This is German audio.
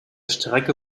strecke